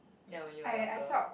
ya when you were younger